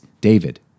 David